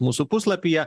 mūsų puslapyje